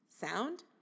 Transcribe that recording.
sound